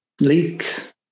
leeks